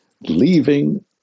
leaving